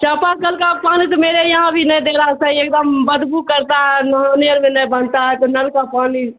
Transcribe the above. چاپا کل کا پانی تو میرے یہاں بھی نہیں دکھ رہا صحیح ایک دم بدبو کرتا ہے نہانے اور میں نہیں بنتا ہے تو نل کا پانی